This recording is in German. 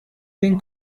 den